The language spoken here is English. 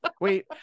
Wait